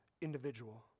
individual